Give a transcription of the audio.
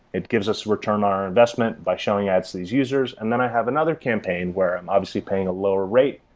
it gives us return on our investment by showing ads to these users, and then i have another campaign where i'm obviously paying a lower rate,